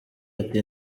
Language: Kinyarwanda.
ati